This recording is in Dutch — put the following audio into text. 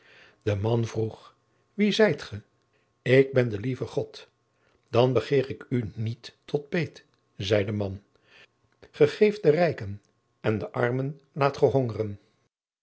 de man vroeg wie zijt ge ik ben de lieve god dan begeer ik u niet tot peet zei de man ge geeft de rijken en de armen